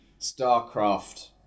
StarCraft